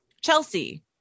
Chelsea